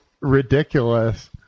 ridiculous